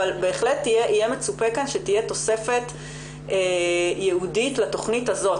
אבל בהחלט יהיה מצופה כאן שתהיה תוספת ייעודית לתכנית הזאת.